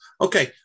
Okay